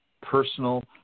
personal